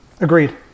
Agreed